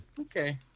Okay